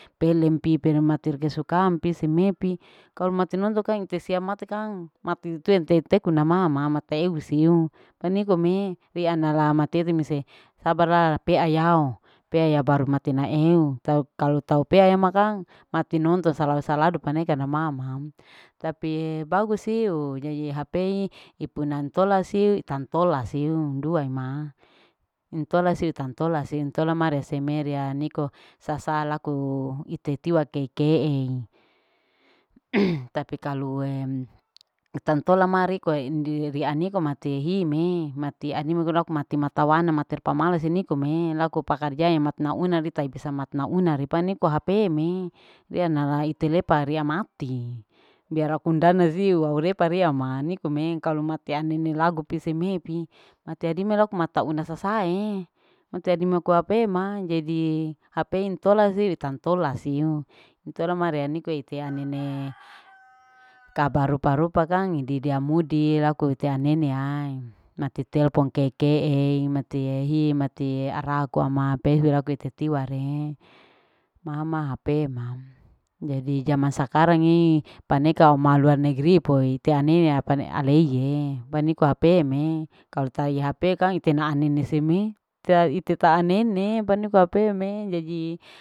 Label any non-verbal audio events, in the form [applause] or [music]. Pelem pi pelem mater kesukaan pi seme pi kalu mate nonton kang ite sia mate kang mati tue intue ite kuna mama mate eu siu panikome rianala mate ri mise sabara peayao-peaya baru mati naeu tau kalu tau peayama kang mati nonton sala-saladu pane karna mama. Tapie bagusiu jadie hp hipinan tola siu itantola asiu ndua ema, intola siu intatola siu intola ma reseme ria niko sasa laku ite tiwa ke'e-ke'e [noise] tapi kalau itantola ma riko indi rianiko mate hime mati animo aku mati matawana mater pamalas nikome laku pakarjae matnauna ri taide samat nauna ripa niko hp me ria nala ite lepa ria mati biar akundana siu aurepa riama nikome kalu mate anene lago piseme pi mati adime laku mata una sasae mate adima ko hp ma jadi hp intola si itantola siu intola ma rea niko ite anene [noise] kabar rupa-rupa kang didi amudi laku ite aneneae mati telpon ke'e-ke'e mati hi. mati arako ama pese laku tetiwa re mama hp ma jadi jaman sakarang ini paneka auma luar negeri poi ite ane apane aleie paniko hp me kalu tai hp kang ite naa nene seme tae ite ta anene paniko hp me jadi